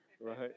right